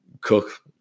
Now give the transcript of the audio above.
Cook